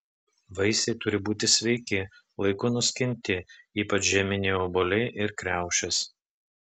vaisiai turi būti sveiki laiku nuskinti ypač žieminiai obuoliai ir kriaušės